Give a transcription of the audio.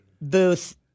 booth